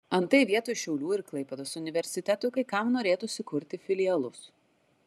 antai vietoj šiaulių ir klaipėdos universitetų kai kam norėtųsi kurti filialus